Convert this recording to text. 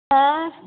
ऐँ